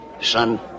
son